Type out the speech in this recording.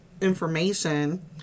information